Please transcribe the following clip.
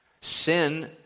Sin